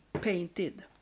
painted